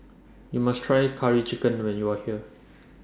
YOU must Try Curry Chicken when YOU Are here